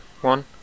one